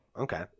Okay